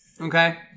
Okay